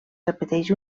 repeteix